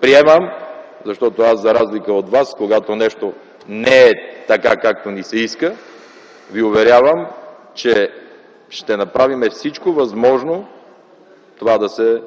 Приемам – защото аз, за разлика от вас, когато нещо не е така, както ми се иска, ви уверявам, че ще направим всичко възможно това да се